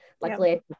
Luckily